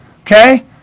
Okay